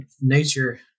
nature